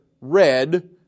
red